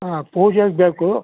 ಹಾಂ ಪೂಜೆಗೆ ಬೇಕು